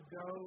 go